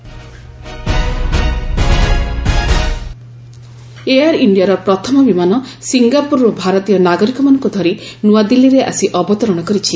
Singapore flight air ଇଣ୍ଡିଆର ପ୍ରଥମ ବିମାନ ସିଙ୍ଗାପୁରରୁ ଭାରତୀୟ ନାଗରିକମାନଙ୍କୁ ଧରି ନୂଆଦିଲ୍ଲୀରେ ଆସି ଅବତରଣ କରିଛି